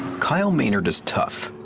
kyle maynard is tough.